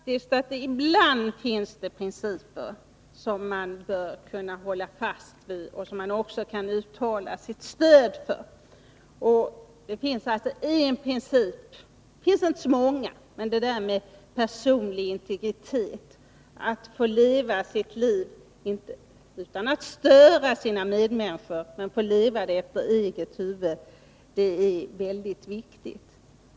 Herr talman! Jag tycker faktiskt att det finns en del principer som man bör kunna hålla fast vid och som man också kan uttala sitt stöd för. Det finns inte så många, men det där med personlig integritet, att få leva sitt liv efter eget huvud -— utan att störa sina medmänniskor — är väldigt viktigt.